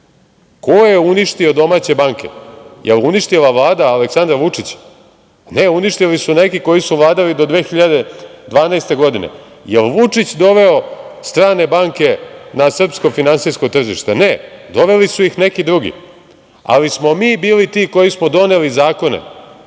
je uništio domaće banke? Da li je uništila Vlada Aleksandra Vučića? Ne, uništili su neki koji su vladali do 2012. godine. Da li je Vučić doveo strane banke na srpsko finansijsko tržište? Ne, doveli su ih neki drugi, ali smo mi bili ti koji smo doneli zakone